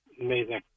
Amazing